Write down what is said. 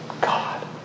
God